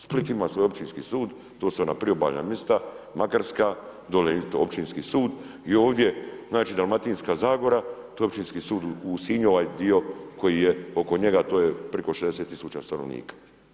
Split ima svoj općinski sud, to su ona priobalna mjesta, Makarska, dolje općinski sud i ovdje Dalmatinska zagora, to je Općinski sud u Sinju, ovaj dio koji je oko njega, to je preko 60 000 stanovnika.